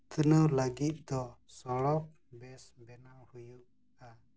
ᱩᱛᱱᱟᱹᱣ ᱞᱟᱹᱜᱤᱫ ᱫᱚ ᱥᱚᱲᱚᱠ ᱵᱮᱥ ᱵᱮᱱᱟᱣ ᱦᱩᱭᱩᱜᱼᱟ